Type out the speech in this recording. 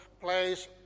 place